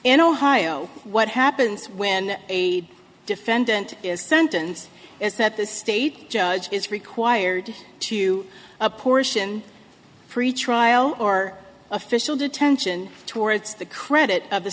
in ohio what happens when a defendant is sentenced is that the state judge is required to apportion pretrial or official detention towards the credit of the